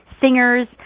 singers